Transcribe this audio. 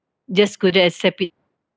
just couldn't accept it